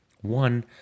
One